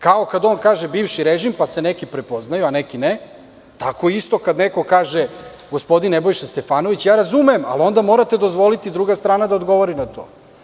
Kao kad on kaže – bivši režim, pa se neki prepoznaju, a neki ne, tako isto kad neko kaže – gospodin Nebojša Stefanović, razumem, ali onda morate dozvoliti i druga strana da odgovori na to.